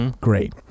Great